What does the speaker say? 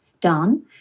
done